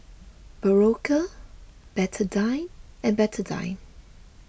Berocca Betadine and Betadine